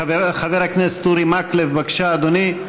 חבר הכנסת אורי מקלב, בבקשה, אדוני.